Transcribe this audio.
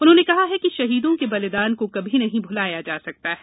उन्होंने कहा है कि शहीदों के बलिदान को कभी नहीं भुलाया जा सकता है